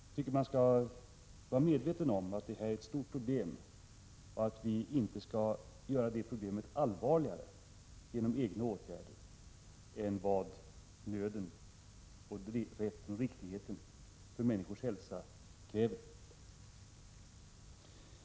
Jag tycker att man skall vara medveten om att det här är ett stort problem och att vi inte skall göra det problemet allvarligare genom egna åtgärder än vad nöden och omsorgen om människors hälsa kräver.